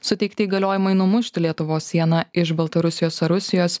suteikti įgaliojimai numušti lietuvos sieną iš baltarusijos ar rusijos